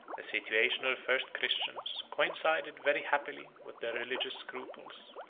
the situation of the first christians coincided very happily with their religious scruples,